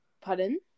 Pardon